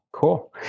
Cool